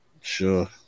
Sure